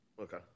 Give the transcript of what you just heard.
Okay